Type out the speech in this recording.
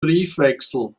briefwechsel